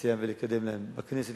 לסייע להם ולקדם בכנסת,